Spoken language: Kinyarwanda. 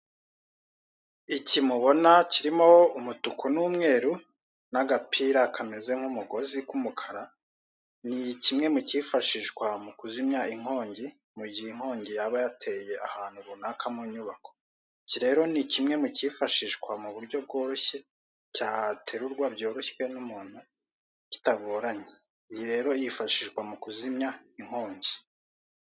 Iki mubona kirimo umutuku n'umweru n'agapira kameze nk'umugozi k'umukara ni kimwe mu cyifashishwa mu kuzimya inkongi mu gihe inkongi yaba yateye ahantu runaka mu nyubako, iki rero ni kimwe mu cyifashishwa mu buryo bworoshye cyaterurwa byoroshye n'umuntu kitagoranye iyi rero yifashishwa mu kuzimya inkongi.